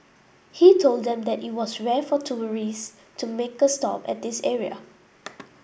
he told them that it was rare for tourists to make a stop at this area